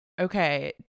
Okay